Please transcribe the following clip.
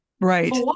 Right